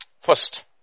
First